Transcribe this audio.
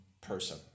person